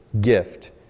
gift